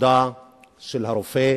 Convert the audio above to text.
לעבודה של הרופא,